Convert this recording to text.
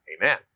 Amen